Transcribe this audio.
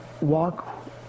walk